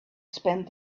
spend